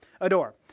Adore